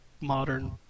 modern